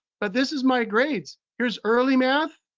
but this is my grades. here's early math.